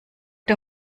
der